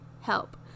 help